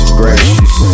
gracious